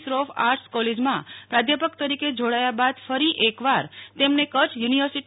Shroff arts કોલેજમાં પ્રાધ્યાપક તરીકે જોડાયા બાદ ફરી એકવાર તેમને કચ્છ યુનિ